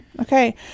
Okay